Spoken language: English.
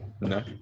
No